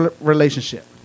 relationship